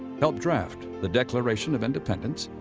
helped draft the declaration of independence,